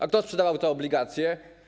A kto sprzedawał te obligacje?